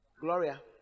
gloria